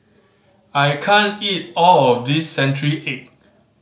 I can't eat all of this century egg